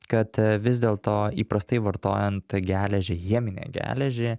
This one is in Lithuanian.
kad vis dėlto įprastai vartojant geležį cheminę geležį